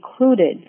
included